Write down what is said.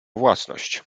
własność